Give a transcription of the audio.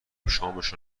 شامشو